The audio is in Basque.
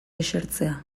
esertzea